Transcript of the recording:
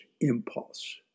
impulse